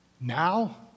now